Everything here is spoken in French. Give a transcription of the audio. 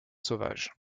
sauvages